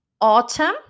Autumn